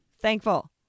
thankful